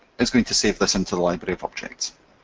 is going to save this into the library of objects.